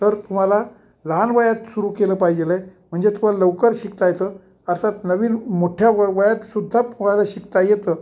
तर तुम्हाला लहान वयात सुरू केलं पाहिजे आहे म्हणजे तुम्हाला लवकर शिकता येतं अर्थात नवीन मोठ्या व वयातसुद्धा कोणाला शिकता येतं